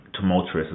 tumultuous